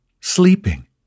sleeping